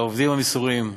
לעובדים המסורים,